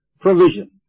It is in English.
provision